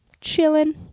chilling